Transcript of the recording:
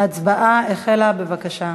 ההצבעה החלה, בבקשה.